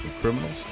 criminals